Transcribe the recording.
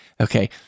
okay